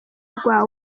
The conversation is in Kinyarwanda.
rwa